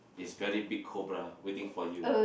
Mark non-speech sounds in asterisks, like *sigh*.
is very big cobra waiting for you *noise*